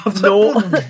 No